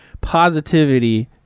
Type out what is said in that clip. positivity